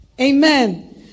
Amen